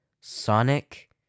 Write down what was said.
Sonic